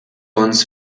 uns